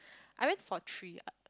I went for three uh